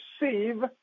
receive